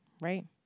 right